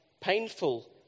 painful